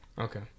Okay